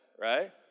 right